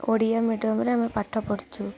ଓଡ଼ିଆ ମିଡ଼ିଅମ୍ରେ ଆମେ ପାଠ ପଢ଼ୁଛୁ